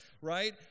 right